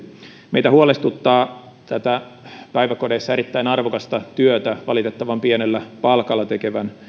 meitä huolestuttaa tätä päiväkodeissa erittäin arvokasta työtä valitettavan pienellä palkalla tekevän